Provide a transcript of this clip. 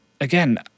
again